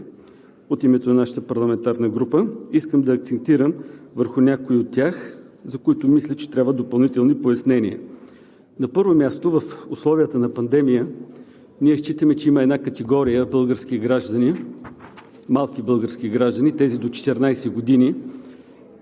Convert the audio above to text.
Вие чухте преди малко предложението, което сме направили от името на нашата парламентарна група. Искам да акцентирам върху някои от тях, за които мисля, че трябват допълнителни пояснения. На първо място, в условията на пандемия ние считаме, че има една категория български граждани